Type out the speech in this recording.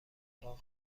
اتاق